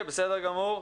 בסדר גמור.